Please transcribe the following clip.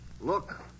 Look